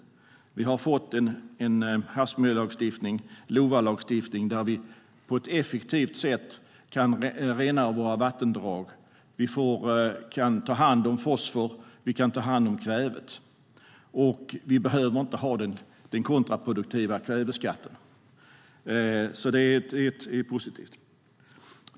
Vi har fått en havsmiljölagstiftning, en LOVA-lagstiftning, där vi på ett effektivt sätt kan rena våra vattendrag. Vi kan ta hand om fosfor, och vi kan ta hand om kväve. Vi behöver inte ha den kontraproduktiva kväveskatten. Det är positivt.